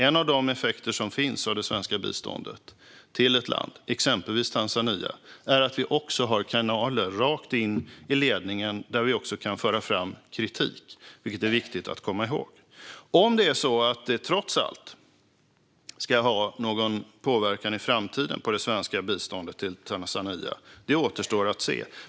En av de effekter som det svenska biståndet har i ett land som Tanzania är att vi också har kanaler rakt in i ledningen där vi också kan föra fram kritik, vilket är viktigt att komma ihåg. Om detta trots allt ska ha någon påverkan på det svenska biståndet till Tanzania i framtiden återstår att se.